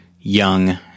young